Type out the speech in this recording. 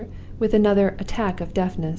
with another attack of deafness,